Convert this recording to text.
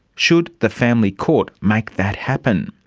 should the family court make that happen?